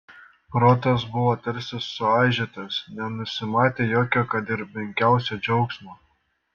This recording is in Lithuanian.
protas buvo tarsi suaižytas nenusimatė jokio kad ir menkiausio džiaugsmo